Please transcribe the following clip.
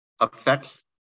affects